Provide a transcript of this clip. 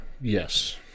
yes